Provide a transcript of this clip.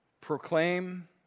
proclaim